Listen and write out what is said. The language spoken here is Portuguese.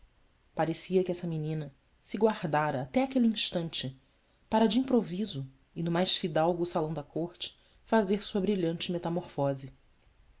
parecia que essa menina se guardara até aquele instante para de improviso e no mais fidalgo salão da corte fazer sua brilhante metamorfose